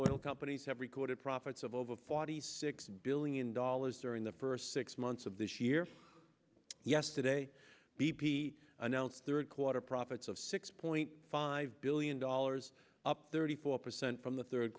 oil companies have recorded profits of over forty six billion dollars during the first six months of this year yesterday b p announced third quarter profits of six point five billion dollars up thirty four percent from the third